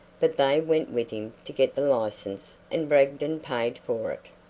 but they went with him to get the license and bragdon paid for it.